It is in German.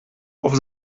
auf